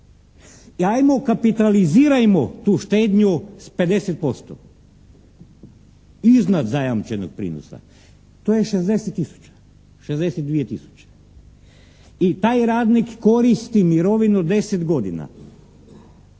Ajmo kapitalizirajmo tu štednju s 50% iznad zajamčenog prinosa. To je 60 tisuća, 62 tisuće. I taj radnik korisni mirovinu 10 godina.